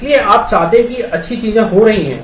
इसलिए आप चाहते हैं कि अच्छी चीजें हो रही हैं